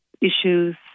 issues